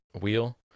wheel